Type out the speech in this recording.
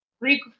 Greek